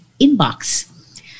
Inbox